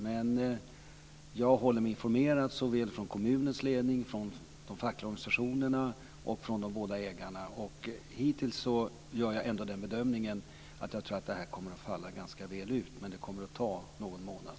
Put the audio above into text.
Men jag får information såväl från kommunens ledning som från de fackliga organisationerna och de båda ägarna. Hittills gör jag ändå den bedömningen att jag tror att det kommer att falla ganska väl ut, men det kommer att ta någon månad.